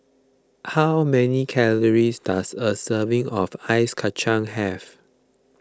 how many calories does a serving of Ice Kachang have